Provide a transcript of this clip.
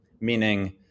meaning